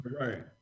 Right